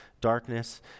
Darkness